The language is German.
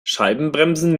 scheibenbremsen